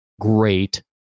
great